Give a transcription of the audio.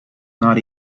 not